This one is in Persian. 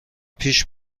پیش